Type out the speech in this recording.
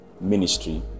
ministry